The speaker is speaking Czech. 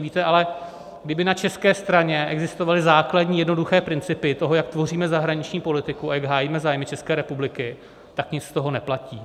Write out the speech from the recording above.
Víte, ale kdyby na české straně existovaly základní jednoduché principy toho, jak tvoříme zahraniční politiku a jak hájíme zájmy České republiky, tak nic z toho neplatí.